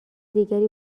دیگری